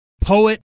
poet